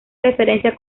referencia